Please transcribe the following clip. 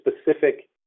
specific